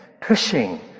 pushing